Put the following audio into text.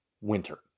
winter